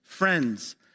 Friends